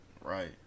Right